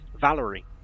valerie